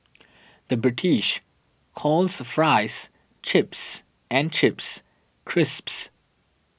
the British calls Fries Chips and Chips Crisps